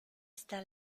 esta